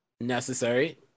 necessary